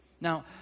Now